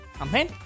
Amen